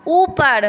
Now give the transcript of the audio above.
ऊपर